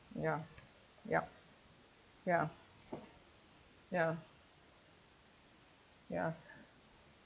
ya ya ya ya ya